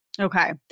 Okay